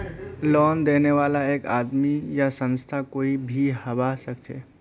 loan देने बाला एक आदमी या संस्था कोई भी हबा सखछेक